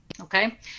Okay